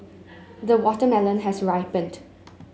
the watermelon has ripened